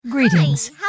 Greetings